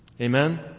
Amen